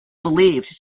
believed